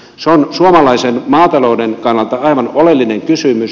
se on suomalaisen maatalouden kannalta aivan oleellinen kysymys